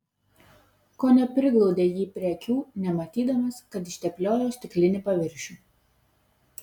kone priglaudė jį prie akių nematydamas kad ištepliojo stiklinį paviršių